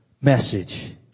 message